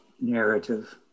narrative